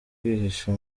kwihisha